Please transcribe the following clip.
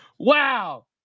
Wow